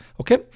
Okay